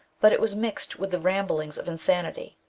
but it was mixed with the ramblings of insanity.